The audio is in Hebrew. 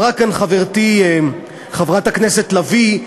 אמרה כאן חברתי חברת הכנסת לביא,